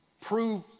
Prove